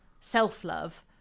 self-love